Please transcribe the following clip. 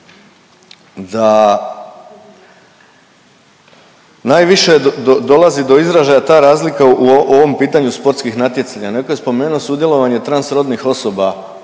da najviše dolazi do izražaja ta razlika u ovom pitanju sportskih natjecanja. Netko je spomenuo sudjelovanje transrodnih osoba